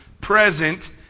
present